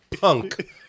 punk